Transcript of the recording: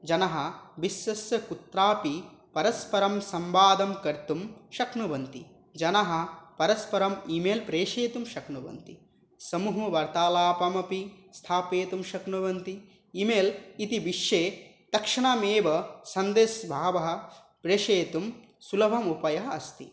जनः विश्वस्य कुत्रापि परस्परं संवादं कर्तुं शक्नुवन्ति जनः परस्परम् ई मेल् प्रेषयितुं शक्नुवन्ति समूहवार्तालापमपि स्थापयितुं शक्नुवन्ति ई मेल् इति विषये तत्क्षणमेव सन्देशः बहवः प्रेषयितुं सुलभः उपायः अस्ति